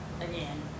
again